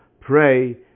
pray